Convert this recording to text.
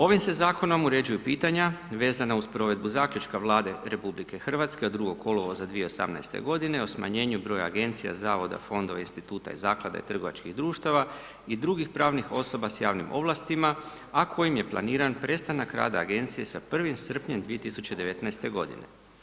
Ovim se Zakonom uređuju pitanja vezana uz provedbu zaključka Vlade RH od 2. kolovoza 2018.-te godine o smanjenju broja Agencija, Zavoda, Fondova, Instituta i Zaklada i trgovačkih društava i drugih pravnih osoba s javnim ovlastima, a kojim je planiran prestanak rada Agencije sa 1. srpnjem 2019.-te godine.